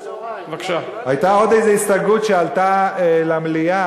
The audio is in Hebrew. היתה עוד הסתייגות שעלתה למליאה,